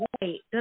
wait